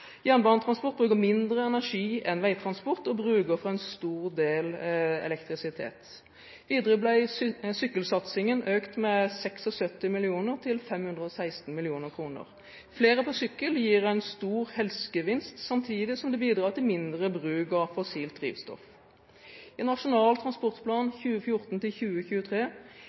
Jernbanetransport bruker mindre energi enn veitransport og bruker for en stor del elektrisitet. Videre ble sykkelsatsingen økt med 76 mill. kr, til 516 mill. kr. Flere på sykkel gir en stor helsegevinst, samtidig som det bidrar til mindre bruk av fossilt drivstoff. I Nasjonal transportplan 2014–2023 legges det til